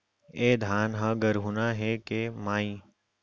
ए धान ह हरूना हे के माई?